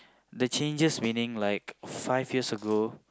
the changes meaning like five years ago